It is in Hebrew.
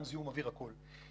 גם זיהום אוויר, הכול.